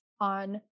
on